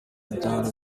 urubyaro